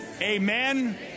Amen